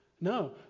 No